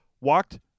Walked